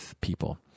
people